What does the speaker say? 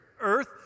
earth